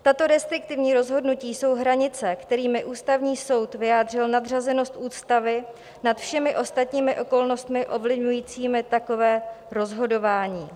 Tato restriktivní rozhodnutí jsou hranice, kterými Ústavní soud vyjádřil nadřazenost ústavy nad všemi ostatními okolnostmi ovlivňujícími takové rozhodování.